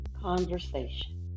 conversation